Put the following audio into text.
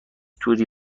توری